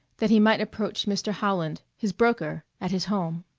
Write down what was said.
that he might approach mr. howland, his broker, at his home.